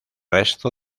resto